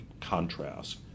contrast